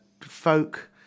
folk